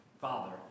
father